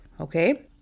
Okay